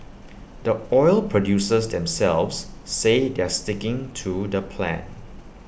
the oil producers themselves say they're sticking to the plan